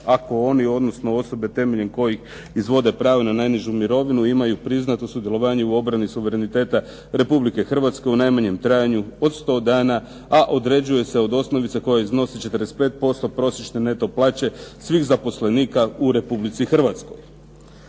ako oni, odnosno osobe temeljem kojih izvode pravo na najnižu mirovinu imaju priznato sudjelovanje u obrani suvereniteta Republike Hrvatske u najmanjem trajanju od 100 dana, a određuje se od osnovice koja iznosi 45% prosječne neto plaće svih zaposlenika u Republici Hrvatskoj,